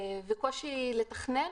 וקושי לתכנן,